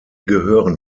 gehören